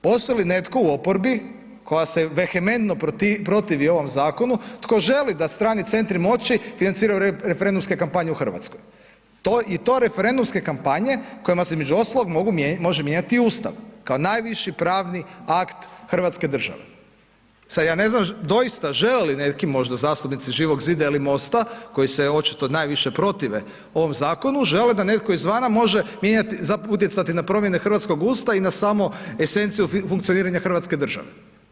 Postoji li netko u oporbi koja se vehementno protivi ovom zakonu, tko želi da strani centri moći financiraju referendumske kampanje u RH i to referendumske kampanje koje između ostalog može mijenjati Ustav kao najviši pravni akt Hrvatske države, sad ja ne znam doista želi li neki možda zastupnici Živog zida ili MOST-a koji se očito najviše protive ovom zakonu žele da netko izvana može mijenjati, utjecati na promjene Hrvatskog Ustava i na samu esenciju funkcioniranja Hrvatske države.